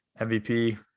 mvp